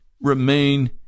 remain